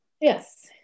Yes